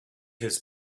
his